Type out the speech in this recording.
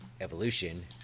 evolution